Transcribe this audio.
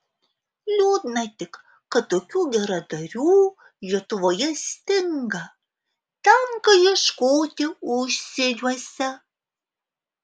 liūdna tik kad tokių geradarių lietuvoje stinga tenka ieškoti užsieniuose